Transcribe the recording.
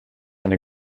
eine